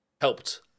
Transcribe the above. helped